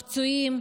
הפצועים,